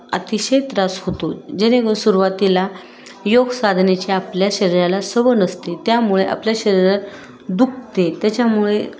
अतिशय त्रास होतो जेनेक सुरुवातीला योगसाधनेची आपल्या शरीराला सवय नसते त्यामुळे आपल्या शरीरात दुखते त्याच्यामुळे